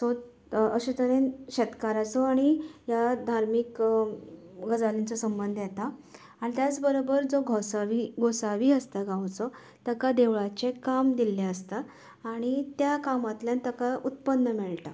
so अशें तरेन शेतकाराचो आनी ह्या धार्मीक गजालींचो संबंद येता आनी त्याच बरोबर जो घोसावी गोसावी आसता गांवचो तेका देवळाचें काम दिल्लें आसता आनी त्या कामांतल्यान ताका उत्पन्न मेळटा